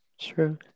True